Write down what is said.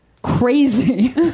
crazy